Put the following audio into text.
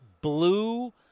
blue